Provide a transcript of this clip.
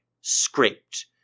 scraped